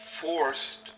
forced